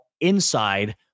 inside